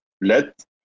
let